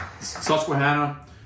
Susquehanna